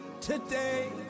today